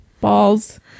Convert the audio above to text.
balls